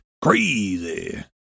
crazy